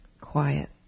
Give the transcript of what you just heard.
quiet